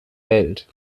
welt